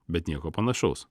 bet nieko panašaus